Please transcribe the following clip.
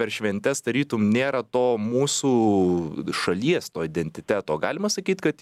per šventes tarytum nėra to mūsų šalies to identiteto galima sakyt kad